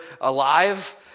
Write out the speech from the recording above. alive